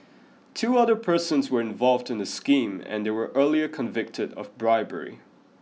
two other persons were involved in the scheme and they were earlier convicted of bribery